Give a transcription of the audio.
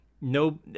no